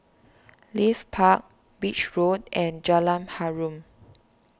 Leith Park Beach Road and Jalan Harum